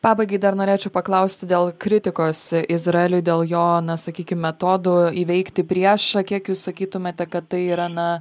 pabaigai dar norėčiau paklausti dėl kritikos izraeliui dėl jo na sakykime metodų įveikti priešą kiek jūs sakytumėte kad tai yra na